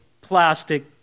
plastic